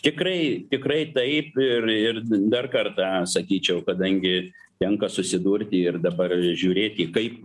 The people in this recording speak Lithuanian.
tikrai tikrai taip ir ir dar kartą sakyčiau kadangi tenka susidurti ir dabar žiūrėti kaip